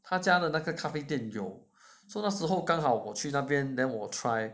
他家的那个咖啡店有说那时候我刚好去那边 then 我 try